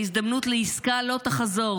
ההזדמנות לעסקה לא תחזור.